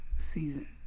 Season